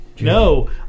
no